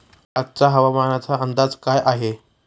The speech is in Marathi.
आजचा हवामानाचा अंदाज काय आहे?